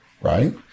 right